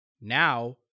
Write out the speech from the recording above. Now